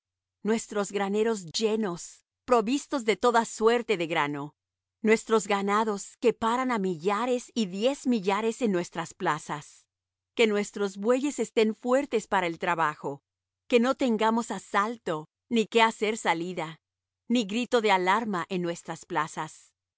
nuestros graneros llenos provistos de toda suerte de grano nuestros ganados que paran á millares y diez millares en nuestras plazas que nuestros bueyes estén fuertes para el trabajo que no tengamos asalto ni que hacer salida ni grito de alarma en nuestras plazas